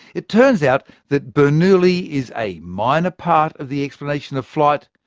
it turns out that bernoulli is a minor part of the explanation of flight,